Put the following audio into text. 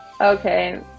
Okay